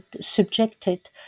subjected